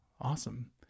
awesome